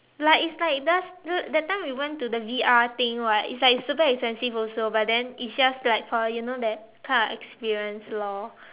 like it's like just the that time we went to the V_R thing [what] it's like it's super expensive also but then it's just like for you know that kind of experience loh